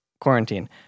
quarantine